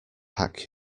pack